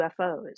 UFOs